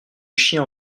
chien